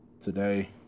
Today